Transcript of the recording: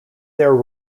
their